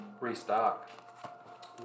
restock